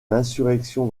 l’insurrection